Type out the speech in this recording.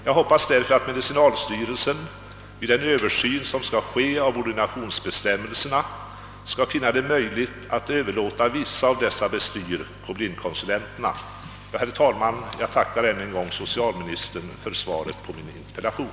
Jag hoppas därför att medicinalstyrelsen, vid den översyn som skall ske av ordinationsbestämmelserna, skall finna det möjligt att överlåta vissa av dessa bestyr på blindkonsulenterna. Herr talman! Jag tackar ännu en gång socialministern för svaret på min interpellation.